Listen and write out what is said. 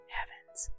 Heavens